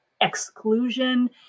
exclusion